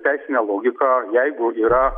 teisinę logiką jeigu yra